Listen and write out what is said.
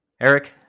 Eric